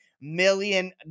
million